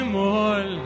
more